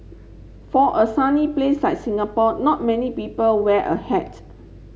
for a sunny place like Singapore not many people wear a hat